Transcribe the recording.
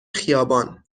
خیابان